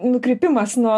nukrypimas nuo